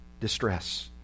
distress